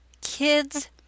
kids